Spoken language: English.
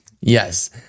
Yes